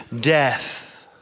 death